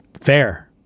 Fair